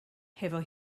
hefo